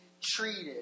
treated